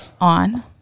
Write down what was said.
On